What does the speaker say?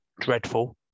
dreadful